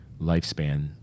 lifespan